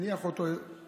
מניח אותו בצד,